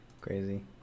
Crazy